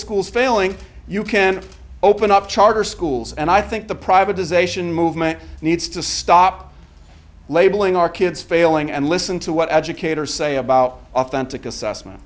schools failing you can open up charter schools and i think the privatization movement needs to stop labeling our kids failing and listen to what educators say about authentic assessment